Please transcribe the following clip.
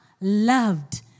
loved